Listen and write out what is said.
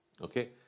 Okay